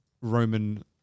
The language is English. Roman